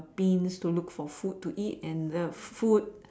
bins to look for food to eat and the food